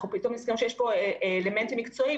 פתאום נזכרים שיש פה אלמנטים מקצועיים,